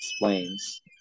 explains